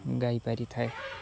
ଗାଇ ପାରି ଥାଏ